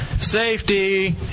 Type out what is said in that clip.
Safety